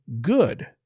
good